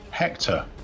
Hector